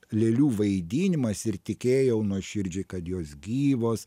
lėlių vaidinimas ir tikėjau nuoširdžiai kad jos gyvos